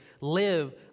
live